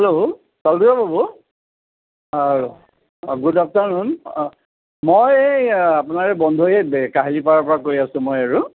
hello Talukdar বাবু হয় good afternoon মই এই আপোনাৰ বন্ধু এই কাহিলীপাৰাৰ পৰা কৈ আছো মই আৰু